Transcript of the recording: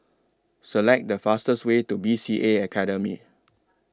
Select The fastest Way to B C A Academy